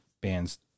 bands